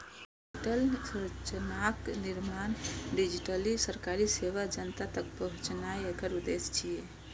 digital संरचनाक निर्माण, digitally सरकारी सेवा जनता तक पहुंचेनाय एकर उद्देश्य छियै